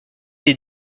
des